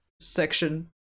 section